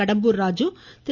Kadambur Raju Thiru